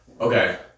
okay